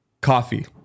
coffee